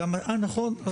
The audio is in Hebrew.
נכון.